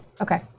Okay